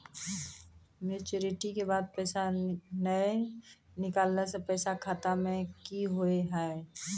Maturity के बाद पैसा नए निकले से पैसा खाता मे की होव हाय?